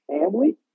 family